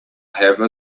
have